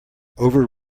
over